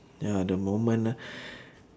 ya the moment ah